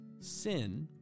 Sin